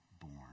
born